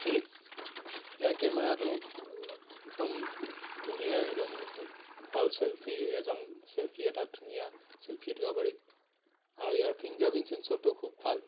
ইয়াৰ কেমেৰাটো একদম ধুনীয়া একদম ভাল চেল্ফি এজন চেল্ফি এটা ধুনীয়া চেল্ফি উঠিব পাৰি আৰু ইয়াৰ ফিংগাৰ প্ৰিণ্ট চেন্সৰটো খুব ভাল